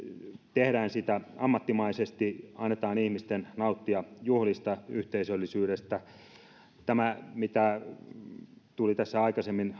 tehdään sitä ammattimaisesti annetaan ihmisten nauttia juhlista yhteisöllisyydestä lasershowt ja tämmöiset vaihtoehtoiset tavat mitä tuli tässä aikaisemmin